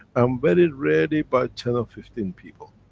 um very rarely by ten or fifteen people.